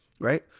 right